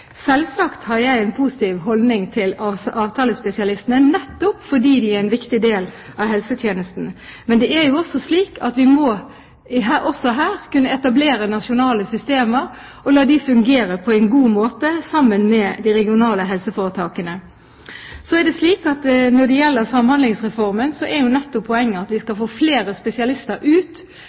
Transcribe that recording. Selvsagt har jeg en positiv holdning til avtalespesialistene, nettopp fordi de er en viktig del av helsetjenesten. Men det er slik at vi også her må kunne etablere nasjonale systemer og la dem fungere på en god måte sammen med de regionale helseforetakene. Når det gjelder Samhandlingsreformen, er nettopp poenget at vi skal få flere spesialister ut